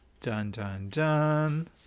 dun-dun-dun